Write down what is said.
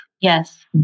Yes